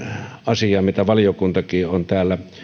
asiaan mitä valiokuntakin on täällä